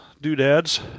doodads